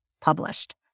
published